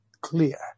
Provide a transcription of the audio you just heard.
clear